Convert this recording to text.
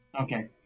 Okay